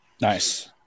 Nice